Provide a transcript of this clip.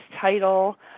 title